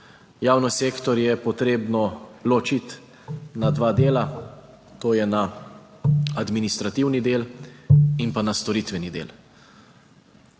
Javni sektor je potrebno ločiti na dva dela, to je na administrativni del in pa na storitveni del.